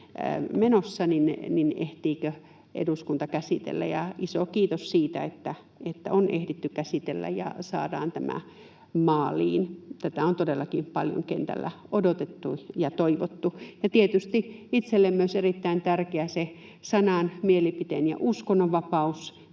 menossa, eduskunta käsitellä, ja iso kiitos siitä, että on ehditty käsitellä ja saadaan tämä maaliin. Tätä on todellakin paljon kentällä odotettu ja toivottu, ja tietysti itselleni myös erittäin tärkeää on se sanan-, mielipiteen- ja uskonnonvapaus.